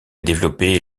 développé